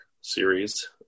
series